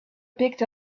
picked